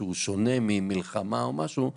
שזה שונה ממלחמה למשל,